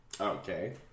Okay